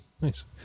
Nice